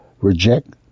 reject